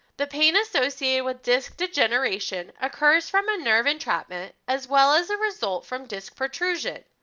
the pain associated with disc degeneration occurs from a nerve entrapment as well as a result from disc protrusion.